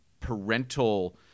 parental